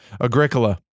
Agricola